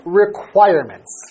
requirements